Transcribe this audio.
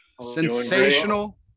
sensational